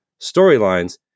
storylines